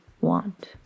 want